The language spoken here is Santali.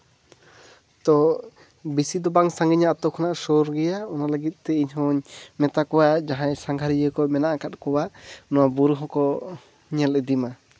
ᱛᱚ ᱵᱮᱥᱤ ᱫᱚ ᱵᱟᱝ ᱥᱟᱺᱜᱤᱧᱟ ᱟᱛᱳ ᱠᱷᱚᱱᱟᱜ ᱥᱳᱨ ᱜᱮᱭᱟ ᱚᱱᱟ ᱞᱟᱹᱜᱤᱫᱛᱮ ᱤᱧ ᱦᱚᱸᱧ ᱢᱮᱛᱟ ᱠᱚᱣᱟ ᱡᱟᱦᱟᱸᱭ ᱥᱟᱸᱜᱷᱟᱨᱤᱭᱟᱹ ᱠᱚ ᱢᱮᱱᱟᱜ ᱟᱠᱟᱫ ᱠᱚᱣᱟ ᱱᱚᱣᱟ ᱵᱩᱨᱩ ᱦᱚᱸᱠᱚ ᱧᱮᱞ ᱤᱫᱤᱭ ᱢᱟ